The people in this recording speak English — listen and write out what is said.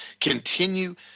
continue